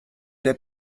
der